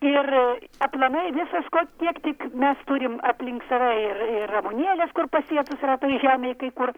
ir aplamai visas ko tiek tik mes turim aplink save ir ir ramunėlės kur pasėtos retai žemėj kai kur